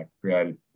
created